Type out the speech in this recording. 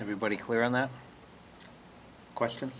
everybody clear on that question